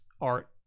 art